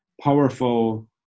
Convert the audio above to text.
powerful